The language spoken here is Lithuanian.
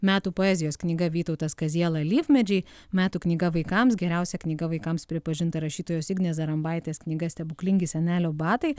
metų poezijos knyga vytautas kaziela alyvmedžiai metų knyga vaikams geriausia knyga vaikams pripažinta rašytojos ignės zarambaitės knyga stebuklingi senelio batai